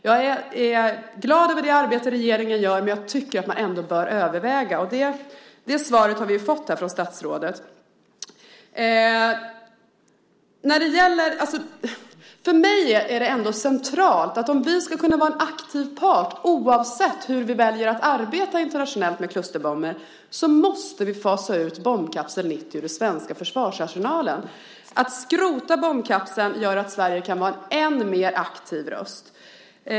Jag är glad över det arbete som regeringen gör, men jag tycker att man ändå bör överväga frågan. Det svaret har vi också fått från statsrådet. För mig är det ändå centralt att om vi ska kunna vara en aktiv part, oavsett hur vi väljer att arbeta internationellt med klusterbomber, måste vi fasa ut bombkapsel 90 ur den svenska försvarsarsenalen. Att skrota bombkapseln gör att Sverige kan vara en än mer aktiv röst.